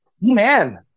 man